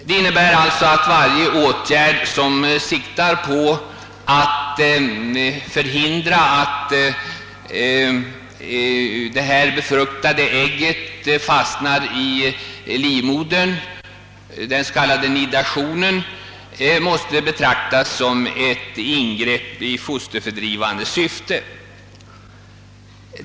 Det innebär att varje åtgärd, som siktar till att förhindra att det befruktade ägget fastnar i livmodern, den s.k. nidationen, betraktas som ett ingrepp i fosterfördrivande syfte.